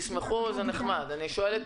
שתמר עושה עבודה נהדרת,